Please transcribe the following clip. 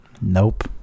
Nope